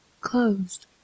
CLOSED